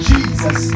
Jesus